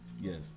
Yes